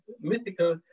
mythical